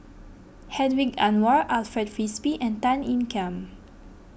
Hedwig Anuar Alfred Frisby and Tan Ean Kiam